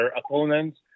opponents